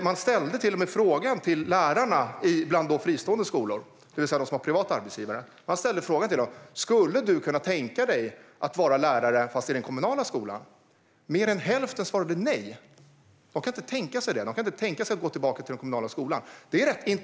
Man ställde en fråga bland lärare på fristående skolor, det vill säga med privat arbetsgivare: Skulle du kunna tänka dig att vara lärare i den kommunala skolan? Mer än hälften svarade nej. De kunde inte tänka sig att jobba i den kommunala skolan.